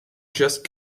just